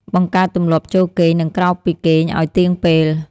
បង្កើតទម្លាប់ចូលគេង និងក្រោកពីគេងឱ្យទៀងពេល។